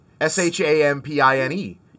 S-H-A-M-P-I-N-E